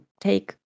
take